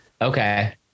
Okay